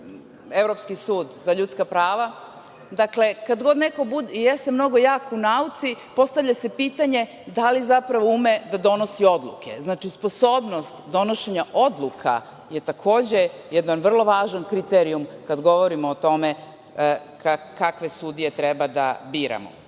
Evropski sud za ljudska prava, kad god je neko mnogo jak u nauci, postavlja se pitanje da li zapravo ume da donosi odluke. Sposobnost donošenja odluka je, takođe, jedan vrlo važan kriterijum, kad govorimo o tome kakve sudije treba da biramo. Ono